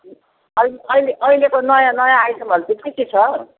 अहिले अहिले अहिलेको नयाँ नयाँ आइटमहरू चाहिँ के के छ